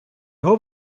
його